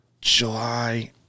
July